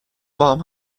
باهام